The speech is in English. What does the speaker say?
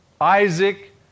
Isaac